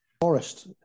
forest